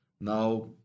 Now